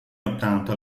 ottanta